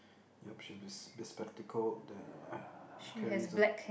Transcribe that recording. ya she's be~ bespectacle then carries a